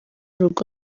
rugo